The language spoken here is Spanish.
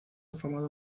afamado